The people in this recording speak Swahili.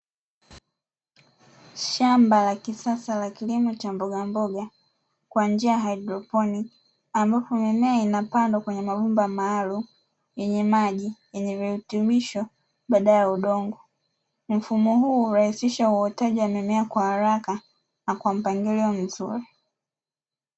Shamba la kisasa la kilimo cha mbogamboga kwa njia ya haidroponi, ambapo mimea inapandwa kwenye mabomba maalumu yenye maji yenye virutubisho badala ya udongo. Mfumo huo hurahisisha uotaji wa mimea kwa haraka na kwa mpangilio mzuri.